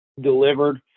delivered